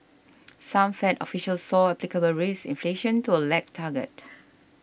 some Fed officials saw applicable risk inflation to a lag target